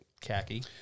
Khaki